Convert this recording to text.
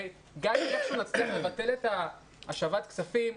גם אם נצליח לבטל את השבת הכספים,